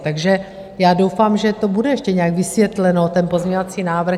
Takže já doufám, že to bude ještě nějak vysvětleno, ten pozměňovací návrh.